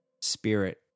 spirit